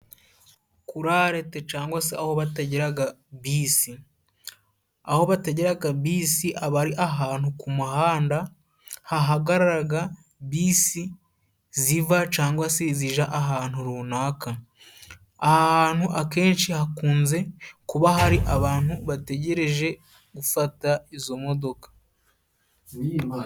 Kuri arete cangwa se aho bategeraga bisi. Aho batageraga bisi aba ari ahantu ku muhanda hahagararaga bisi ziva cangwa se zija ahantu runaka. Aha hantu akenshi hakunze kuba hari abantu bategereje gufata izo modoka.